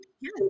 yes